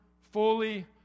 fully